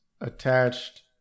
attached